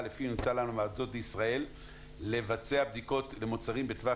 --- כלל המעבדות בישראל לבצע בדיקות למוצרים בטווח